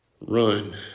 Run